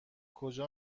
کجا